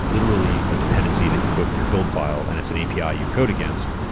literally, a dependency that you put in your build file and it's an api ah you code against.